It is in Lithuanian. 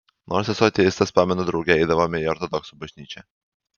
nors esu ateistas pamenu drauge eidavome į ortodoksų bažnyčią